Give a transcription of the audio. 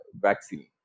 vaccine